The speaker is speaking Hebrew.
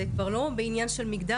זה כבר לא בעניין של מגדר.